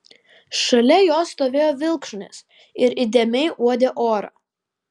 šalia jo stovėjo vilkšunis ir įdėmiai uodė orą